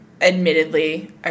admittedly